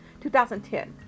2010